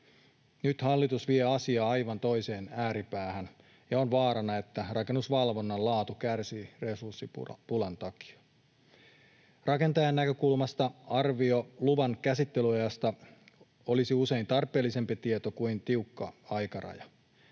Nyt hallitus vie asiaa aivan toiseen ääripäähän, ja on vaarana, että rakennusvalvonnan laatu kärsii resurssipulan takia. Rakentajan näkökulmasta arvio luvan käsittelyajasta olisi usein tarpeellisempi tieto kuin tiukka aikaraja.